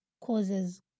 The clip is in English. causes